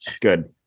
good